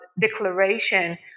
declaration